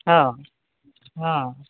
ହଁ ହଁ